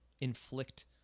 inflict